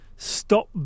stop